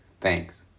Thanks